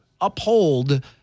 uphold